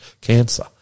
cancer